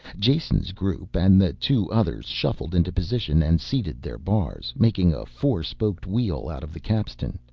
jason's group, and the two others, shuffled into position and seated their bars, making a four spoked wheel out of the capstan.